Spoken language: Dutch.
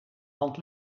hand